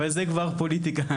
אבל זה כבר פוליטיקה.